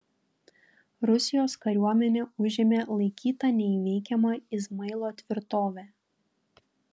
rusijos kariuomenė užėmė laikytą neįveikiama izmailo tvirtovę